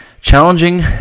challenging